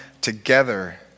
together